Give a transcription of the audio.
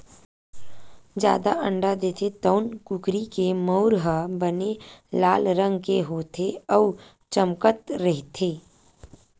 जादा अंडा देथे तउन कुकरी के मउर ह बने लाल रंग के होथे अउ चमकत रहिथे